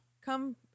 Come